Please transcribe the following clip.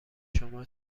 شما